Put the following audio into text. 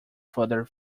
further